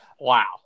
Wow